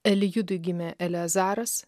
elijudui gimė eleazaras